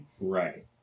Right